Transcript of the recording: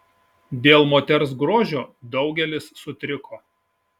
dėl moters grožio daugelis sutriko